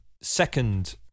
second